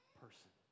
person